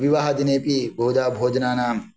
विवाहदिनेपि बहुधा भोजनानां